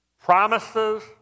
Promises